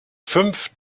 fünf